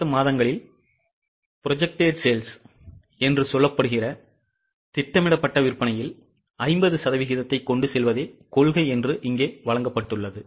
அடுத்த மாதங்களில் திட்டமிடப்பட்ட விற்பனையில் 50 சதவிகிதத்தை கொண்டு செல்வதே கொள்கை என்று இங்கே வழங்கப்பட்டது